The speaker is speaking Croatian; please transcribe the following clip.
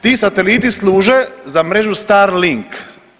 Ti sateliti služe za mrežu Starlink.